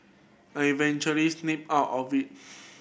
I eventually snapped out of it